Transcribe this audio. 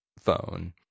phone